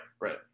right